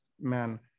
men